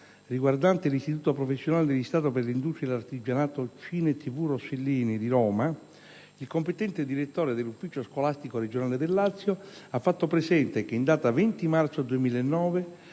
riguardante l'istituto professionale di Stato per l'industria e l'artigianato «Cine TV Rossellini» di Roma, il competente direttore dell'ufficio scolastico regionale del Lazio ha fatto presente che, in data 20 marzo 2009,